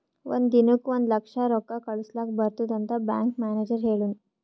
ಒಂದ್ ದಿನಕ್ ಒಂದ್ ಲಕ್ಷ ರೊಕ್ಕಾ ಕಳುಸ್ಲಕ್ ಬರ್ತುದ್ ಅಂತ್ ಬ್ಯಾಂಕ್ ಮ್ಯಾನೇಜರ್ ಹೆಳುನ್